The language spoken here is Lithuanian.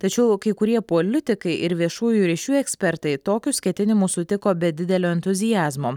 tačiau kai kurie politikai ir viešųjų ryšių ekspertai tokius ketinimus sutiko be didelio entuziazmo